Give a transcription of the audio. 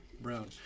Brown